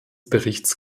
berichts